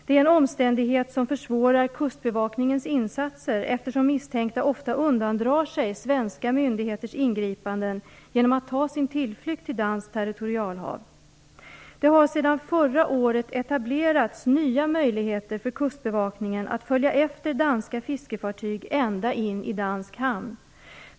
Det är en omständighet som försvårar Kustbevakningens insatser, eftersom misstänkta ofta undandrar sig svenska myndigheters ingripanden genom att ta sin tillflykt till danskt territorialhav. Det har sedan förra året etablerats nya möjligheter för Kustbevakningen att följa efter danska fiskefartyg ända in i dansk hamn.